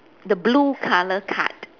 the blue colour card